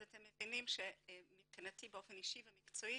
אז אתם מבינים שמבחינתי באופן אישי ומקצועי